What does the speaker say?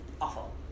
awful